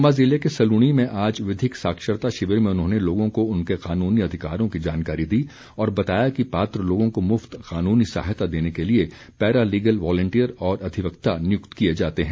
चम्बा ज़िले के सलूणी में आज विधिक साक्षरता शिविर में उन्होंने लोगों को उनके कानूनी अधिकारों की जानकारी दी और बताया कि पात्र लोगों को मुफ्त कानूनी सहायता देने के लिए पैरा लीगल वॉलंटियर और अधिवक्ता नियुक्त किए जाते हैं